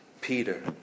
Peter